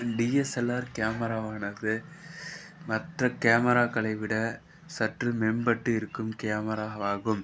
DSLR கேமராவானது மற்ற கேமராக்களை விட சற்று மேம்பட்டு இருக்கும் கேமராவாகும்